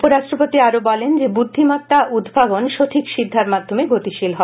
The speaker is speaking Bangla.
উপরাষ্ট্রপতি আরো বলেন যে বুদ্ধিমত্তা উদ্ভাবন সঠিক শিক্ষার মাধ্যমে গতিশীল হয়